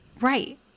right